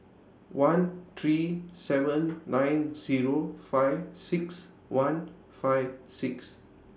one three seven nine Zero five six one five six